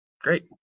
Great